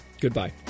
Goodbye